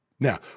Now